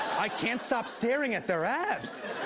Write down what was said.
i can't stop staring at their abs.